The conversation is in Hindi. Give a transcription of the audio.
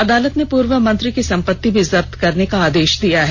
अदालत ने पूर्व मंत्री की संपत्ति भी जब्त करने का आदेष दिया है